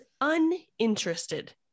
uninterested